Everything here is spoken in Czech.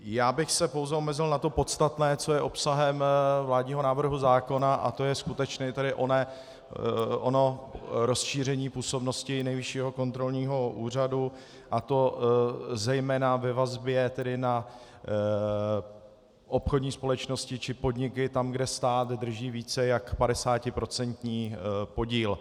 Já bych se pouze omezil na to podstatné, co je obsahem vládního návrhu zákona, a to je skutečně ono rozšíření působnosti Nejvyššího kontrolního úřadu, a to zejména ve vazbě na obchodní společnosti či podniky tam, kde stát drží více než 50procentní podíl.